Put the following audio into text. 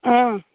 ହଁ